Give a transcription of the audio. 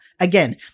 Again